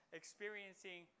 experiencing